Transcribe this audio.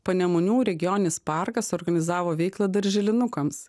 panemunių regioninis parkas organizavo veiklą darželinukams